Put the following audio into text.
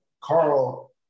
Carl